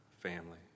family